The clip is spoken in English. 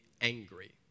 angry